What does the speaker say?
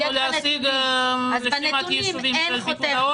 לא הספקנו להשיג את רשימת הישובים של פיקוד העורף.